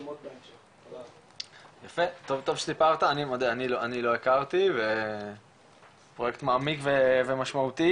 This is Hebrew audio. טוב שסיפרת, אני לא הכרתי, פרויקט מעמיק ומשמעותי